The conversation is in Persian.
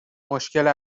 مشکل